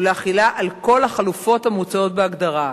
ולהחילה על כל החלופות המוצעות בהגדרה.